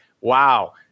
Wow